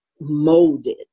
molded